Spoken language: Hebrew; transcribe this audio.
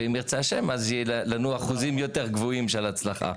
ואם ירצה השם אז יהיה לנו אחוזים יותר גבוהים של הצלחה.